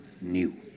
new